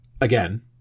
Again